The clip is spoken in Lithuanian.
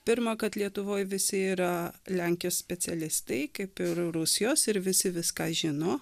pirma kad lietuvoj visi yra lenkijos specialistai kaip ir rusijos ir visi viską žino